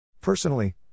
Personally